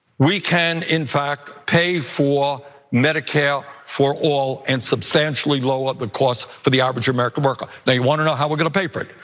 we can in fact pay for medicare for all and substantially lower the costs for the average american worker. they wanna know how we're gonna pay for it,